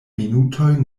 minutoj